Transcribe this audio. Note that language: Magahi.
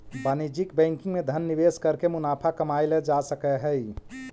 वाणिज्यिक बैंकिंग में धन निवेश करके मुनाफा कमाएल जा सकऽ हइ